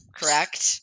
correct